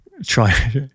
try